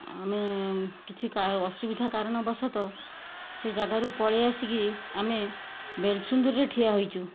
ଆମେ କିଛି ଆସୁବିଧା କାରଣବଶତଃ ସେ ଜାଗାରୁ ପଳେଇ ଆସିକି ଆମେ ବେଲସୁନ୍ଦରରେ ଠିଆ ହୋଇଛୁ